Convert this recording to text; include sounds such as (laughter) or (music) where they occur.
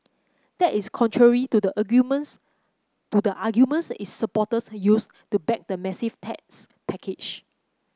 that is contrary to the (unintelligible) to the arguments its supporters used to back the massive tax package